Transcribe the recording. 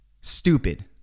Stupid